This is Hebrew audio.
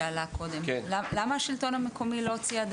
שעלה קודם למה השלטון המקומי לא הוציא עד